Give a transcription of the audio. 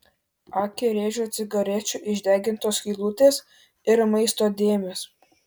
akį rėžė cigarečių išdegintos skylutės ir maisto dėmės